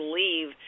leave